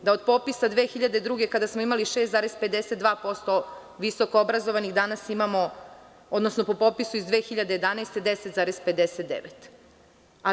Od popisa 2002. godine, kada smo imali 6,52% visoko obrazovanih, danas imamo, odnosno po popisu iz 2011. godine, 10,59%